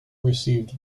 received